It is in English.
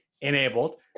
enabled